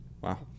Wow